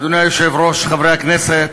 אדוני היושב-ראש, חברי הכנסת,